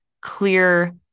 clear